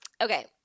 okay